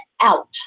out